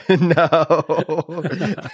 No